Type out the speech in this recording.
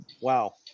Wow